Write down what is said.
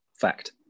Fact